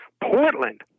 portland